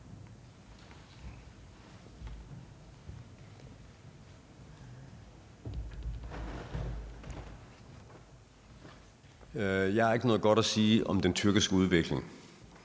Jeg har ikke noget godt at sige om udviklingen